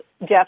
Jeff